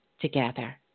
together